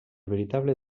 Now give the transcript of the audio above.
veritable